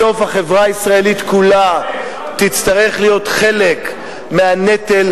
בסוף החברה הישראלית כולה תצטרך להיות חלק מהנטל,